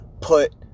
put